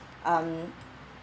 um